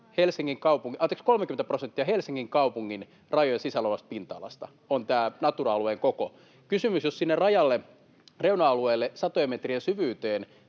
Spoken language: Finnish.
30 prosenttia Helsingin kaupungin rajojen sisällä olevasta pinta-alasta on tämän Natura-alueen koko. Kysymys: Jos sinne rajalle, reuna-alueelle, satojen metrin syvyyteen